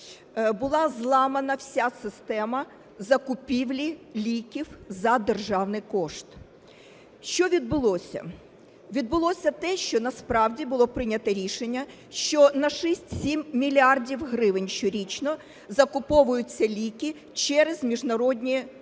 була зламана вся система закупівлі ліків за державний кошт. Що відбулося? Відбулося те, що насправді було прийнято рішення, що на 6-7 мільярдів гривень щорічно закуповуються ліки через міжнародні